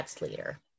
later